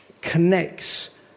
connects